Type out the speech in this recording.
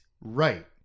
right